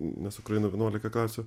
nes ukrainoj vienuolika klasių